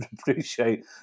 appreciate